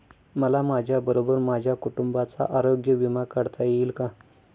मला माझ्याबरोबर माझ्या कुटुंबाचा आरोग्य विमा काढता येईल का?